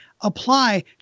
apply